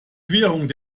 querung